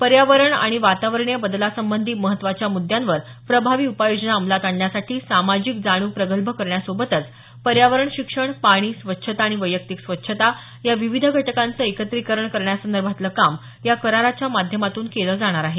पर्यावरण आणि वातावरणीय बदलासंबंधी महत्वाच्या मुद्यांवर प्रभावी उपाययोजना अंमलात आणण्यासाठी सामाजिक जाणीव प्रगल्भ करण्यासोबत पर्यावरण शिक्षण पाणी स्वच्छता आणि वैयक्तिक स्वच्छता या विविध घटकांचं एकत्रीकरण करण्यासंदर्भातलं काम या कराराच्या माध्यमातून केलं जाणार आहे